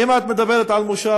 אם את מדברת על הכנס,